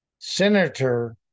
Senator